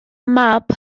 mab